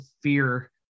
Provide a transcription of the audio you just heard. fear